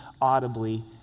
audibly